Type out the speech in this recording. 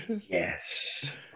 Yes